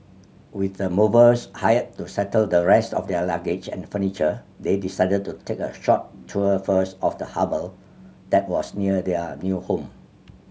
with the movers hired to settle the rest of their luggage and furniture they decided to take a short tour first of the harbour that was near their new home